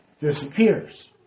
disappears